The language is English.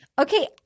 Okay